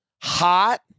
Hot